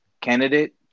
candidate